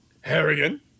Harrigan